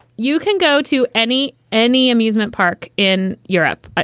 you can go to any any amusement park in europe.